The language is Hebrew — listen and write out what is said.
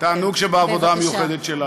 מהתענוג שבעבודה המיוחדת שלנו.